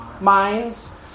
minds